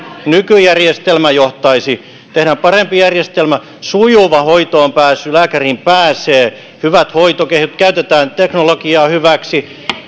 nykyjärjestelmä johtaisi tehdään parempi järjestelmä niin että on sujuva hoitoonpääsy lääkäriin pääsee on hyvät hoitoketjut käytetään teknologiaa hyväksi